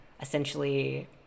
essentially